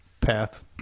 path